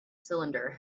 cylinder